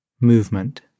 Movement